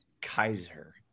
Kaiser